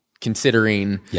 considering